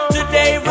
Today